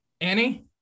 Annie